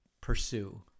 pursue